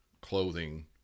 clothing